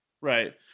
Right